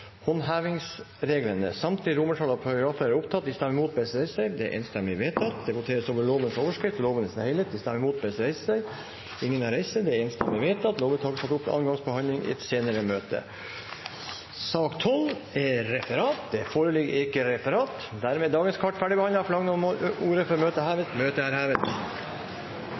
A, samtlige gjenstående romertall og paragrafer. Det voteres over lovens overskrift og loven i sin helhet. Det voteres over lovens overskrift og loven i sin helhet. Lovvedtaket vil bli satt opp til annen gangs behandling i et senere møte i Stortinget. Det foreligger ikke noe referat. Dermed er sakene på dagens kart ferdigbehandlet. Forlanger noen ordet før møtet heves? – Møtet er hevet.